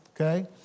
Okay